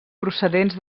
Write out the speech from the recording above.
procedents